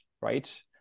right